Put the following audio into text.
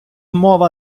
мова